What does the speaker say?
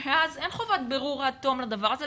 ואז אין חובת בירור עד תום לדבר הזה,